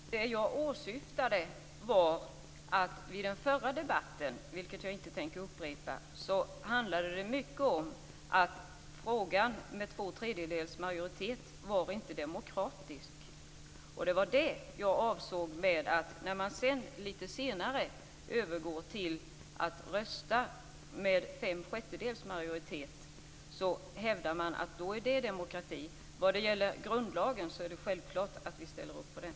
Fru talman! Det jag åsyftade var att det i den förra debatten, som jag inte skall upprepa, handlade mycket om att beslut med två tredjedels majoritet inte var demokratiskt. Det var det jag avsåg med att man hävdar att det är demokrati när man lite senare övergår till att rösta med fem sjättedels majoritet. Vad gäller grundlagen är det självklart att vi ställer upp på den.